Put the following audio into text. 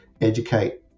educate